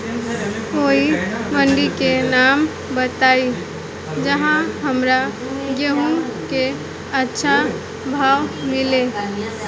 कोई मंडी के नाम बताई जहां हमरा गेहूं के अच्छा भाव मिले?